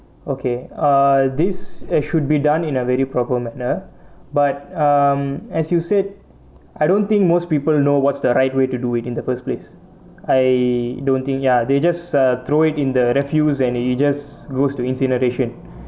okay ah this uh should be done in a very proper manner but um as you said I don't think most people know what's the right way to do it in the first place I don't think ya they just ah throw it in the refuse and it just goes to incineration